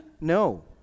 No